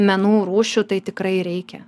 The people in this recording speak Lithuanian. menų rūšių tai tikrai reikia